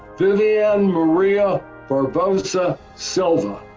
viviane maria barbosa silva,